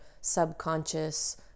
subconscious